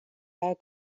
are